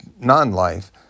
non-life